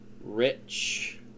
rich